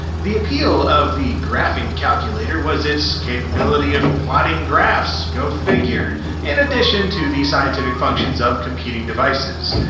the appeal of the graphing calculator was its capability of plotting graphs go figure in addition to the scientific functions of competing devices.